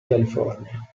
california